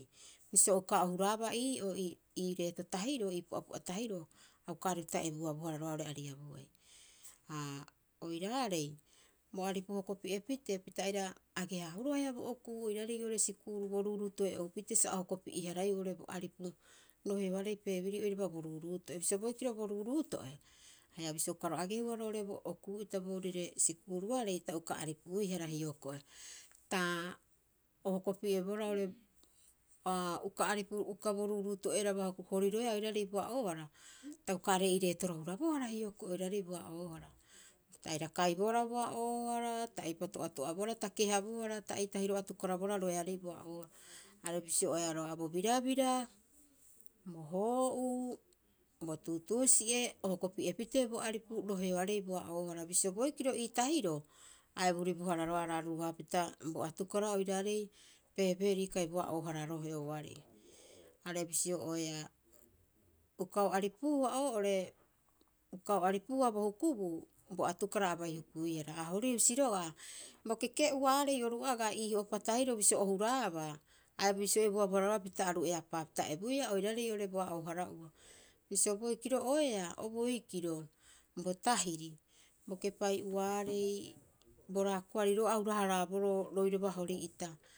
Bisio o uka o huraabaa ii'oo ii reeto tahiroo ii pu'apu'a tahiroo a uka aripu pita ebuabohara roga'a oo'ore ariabuai. Ha oiraarei bo aripu hokopi'e pitee pita aira agee- haahuroo haia bo okuu oiraarei oo'ore sikuuru bo ruuruuto'e oupitee sa o hokopi'e- haraiiu oo'ore bo aripu roheoarei family oiraba bo ruuruuto'e. Bisio boikiro bo ruuruuto'e, haia bisio uka ro agehua roo'ore okuu'ita boorire sikuuruarei ta uka aripuihara hioko'i. Ta o hokopi'ebohara oo'ore, aa uka aripu uka bo ruuruuto'eraba horiroea oiraarei boa'oohra, ta uka are'ei reetoro hurabohara hioko'i oiraarei boa'oohara. Ta aira kaibohara boa'oohara ta eipa to'ato'abohara ta kehabohara ta eitahiro'oo atukarabohara roheoarei boa'oohara. Are bisio'oeaa roga'a bo birabira, bo hoo'uu, bo tuutuusi'e o hokopie pitee bo aripu roheoarei boa'oohara. Bisio boikiro ii tahiroo. a eburibohara roga'a araaruru- harapita bo atukara oiraarei family, kai boa'oohara roheoarei. Are bisi'oeaa uka o aripuhua oo'ore uka o aripuhua bo hukubuu, bo atukara abai hukuihara ha hori husi roga'a, bo keke'uaarei oru agaa ii ohopa tahiroo bisio o huraabaa, a bisio ebuabohara roga'a bisio aru eapaapita ebuia oiraarei oo'ore boa'oo- hara'ua. Bisio boikiro'oeaa o boikiro. Bo tahiri bo kepai'uaarei bo raakoari roga'a a hura- haraaboroo roiraba Hori'ita.